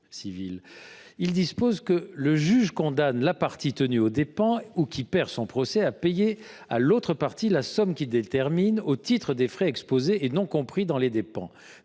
dispose :« Le juge condamne la partie tenue aux dépens ou qui perd son procès à payer : 1° À l’autre partie la somme qu’il détermine, au titre des frais exposés et non compris dans les dépens.